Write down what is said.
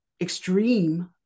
extreme